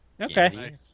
Okay